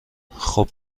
خوب